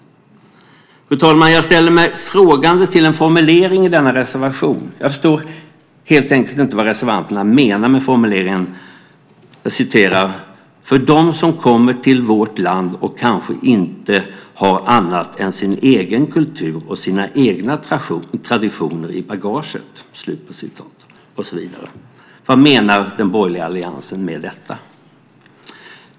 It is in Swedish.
Fru talman! Jag ställer mig frågande till en formulering i denna reservation. Jag förstår helt enkelt inte vad reservanterna menar med formuleringen: "För dem som kommer till vårt land och kanske inte har annat än sin egen kultur och sina egna traditioner i bagaget." Vad menar den borgerliga alliansen med detta?